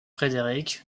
frédéric